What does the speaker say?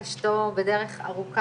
גם בנושא של שר הבריאות,